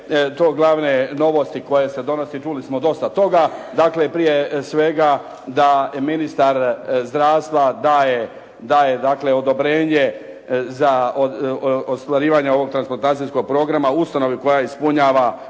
to glavne novosti koje se donose, čuli smo dosta toga. Dakle, prije svega da ministar zdravstva daje odobrenje za ostvarivanje ovog transplantacijskog programa ustanovi koja ispunjava